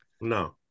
No